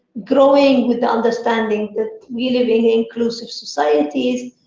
growing with understanding that we live in a inclusive society,